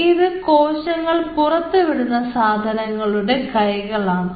ഇത് കോശങ്ങൾ പുറത്തുവിടുന്ന സാധനങ്ങളുടെ കൈകൾ ആണ്